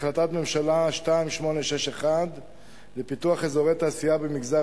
החלטת ממשלה 2861 לפיתוח אזורי תעשייה במגזר